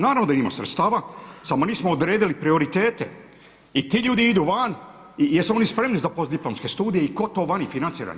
Naravno da ima sredstava, samo nismo odredili prioritete i ti ljudi idu van, jel su oni spremni za postdiplomske studije i tko to vani financira?